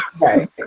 right